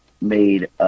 made